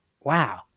wow